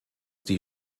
die